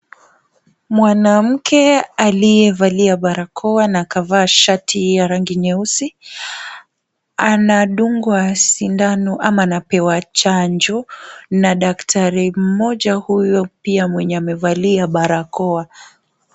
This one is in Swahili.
Mwanamke aliyevalia barakoa na akavaa shati ya rangi nyeusi, anadungwa sindano ama anapewa chanjo na daktari mmoja huyo pia mwenye amevalia barakoa.